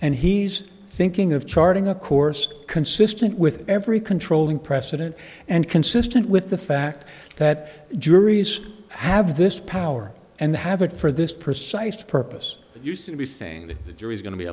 and he's thinking of charting a course consistent with every controlling precedent and consistent with the fact that juries have this power and the habit for this precise purpose used to be saying that the jury's going to be